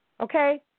okay